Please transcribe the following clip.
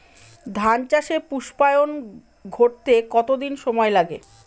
ধান চাষে পুস্পায়ন ঘটতে কতো দিন সময় লাগে?